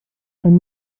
ein